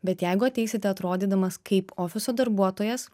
bet jeigu ateisite atrodydamas kaip ofiso darbuotojas